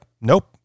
nope